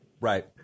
Right